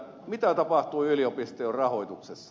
mitä tapahtuu yliopistojen rahoituksessa